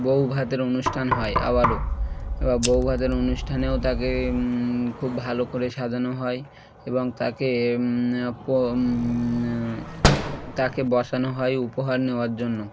বৌ ভাতের অনুষ্ঠান হয় আবারও এ বৌ ভাতের অনুষ্ঠানেও তাকে খুব ভালো করে সাজানো হয় এবং তাকে তাকে বসানো হয় উপহার নেওয়ার জন্য